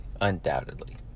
undoubtedly